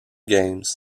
games